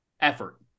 Effort